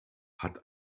hat